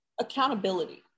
accountability